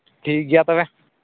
ᱴᱷᱤᱠᱜᱮᱭᱟ ᱛᱚᱵᱮ